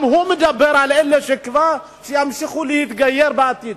גם הוא מדבר על אלה שימשיכו להתגייר בעתיד.